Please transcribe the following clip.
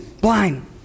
blind